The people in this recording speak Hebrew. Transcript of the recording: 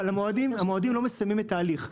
אבל, המועדים לא מסיימים את ההליך.